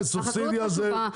החקלאות חשובה.